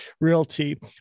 realty